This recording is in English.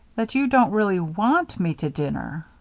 that you don't really want me to dinner.